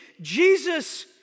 Jesus